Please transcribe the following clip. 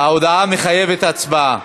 ההודעה מחייבת הצבעה.